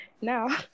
now